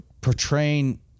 portraying